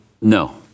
No